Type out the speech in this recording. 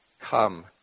Come